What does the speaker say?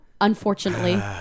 unfortunately